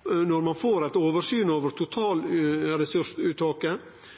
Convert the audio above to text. at ein får eit oversyn over